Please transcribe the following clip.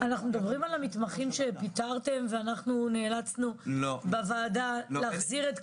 -- אנחנו מדברים על המתמחים שפיטרתם ואנחנו נאלצנו בוועדה להחזיר את כולם?